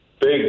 big